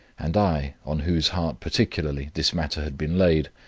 and i, on whose heart particularly this matter had been laid,